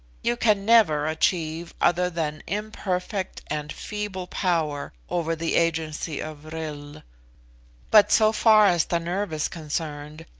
you can never achieve other than imperfect and feeble power over the agency of vril but so far as the nerve is concerned,